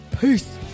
Peace